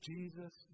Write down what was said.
Jesus